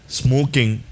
smoking